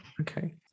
Okay